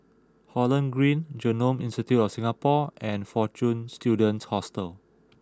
Holland Green Genome Institute of Singapore and Fortune Students Hostel